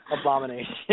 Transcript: abomination